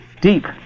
deep